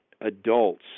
adults